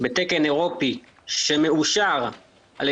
6 בינואר 2021. לא שגרתי שאנחנו ערב